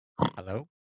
Hello